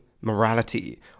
morality